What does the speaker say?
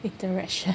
interaction